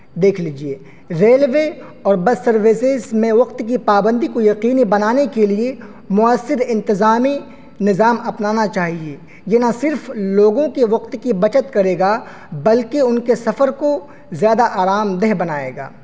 دیکھ لیجیے ریلوے اور بس سروسز میں وقت کی پابندی کو یقینی بنانے کے لیے مؤثر انتظامی نظام اپنانا چاہیے یہ نہ صرف لوگوں کے وقت کی بچت کرے گا بلکہ ان کے سفر کو زیادہ آرام دہ بنائے گا